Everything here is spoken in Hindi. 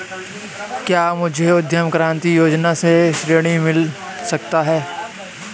क्या मुझे उद्यम क्रांति योजना से ऋण मिल सकता है?